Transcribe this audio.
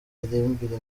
miririmbire